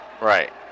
Right